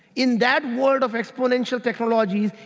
in that world of exponential technology,